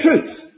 truth